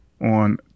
on